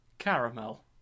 Caramel